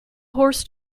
horse